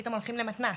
פתאום הולכים למתנ"ס,